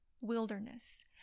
wilderness